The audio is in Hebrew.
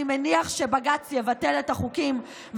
אני מניח שבג"ץ יבטל את החוקים,